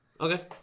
Okay